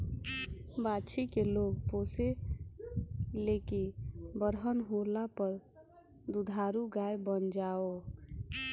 बाछी के लोग पोसे ले की बरहन होला पर दुधारू गाय बन जाओ